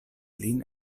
lin